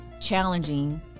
challenging